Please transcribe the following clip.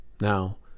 Now